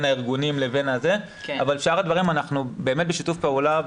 הארגונים אבל בשאר הדברים אנחנו באמת בשיתוף פעולה.